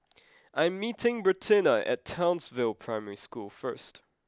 I am meeting Bertina at Townsville Primary School first